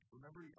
Remember